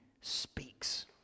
speaks